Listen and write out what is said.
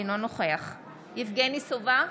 אינו נוכח יבגני סובה,